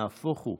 נהפוך הוא,